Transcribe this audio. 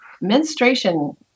menstruation